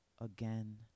again